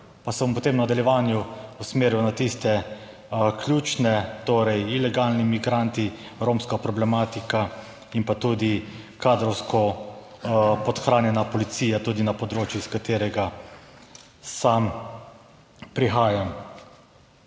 Pa se bom potem v nadaljevanju usmeril na tiste ključne, torej ilegalni migranti, romska problematika in pa tudi kadrovsko podhranjena policija, tudi na področju iz katerega sam prihajam.